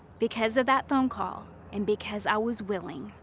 because of that phone call and because i was willing,